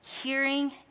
hearing